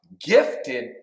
gifted